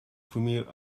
premiere